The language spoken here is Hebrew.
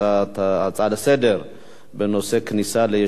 ההצעה לסדר-היום בנושא הכניסה ליישוב